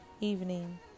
evening